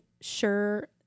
sure